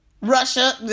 Russia